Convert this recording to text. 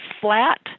flat